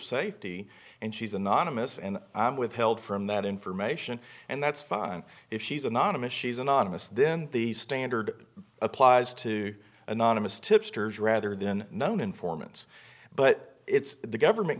safety and she's anonymous and i'm withheld from that information and that's fine if she's anonymous she's anonymous then the standard applies to anonymous tipsters rather than known informants but it's the government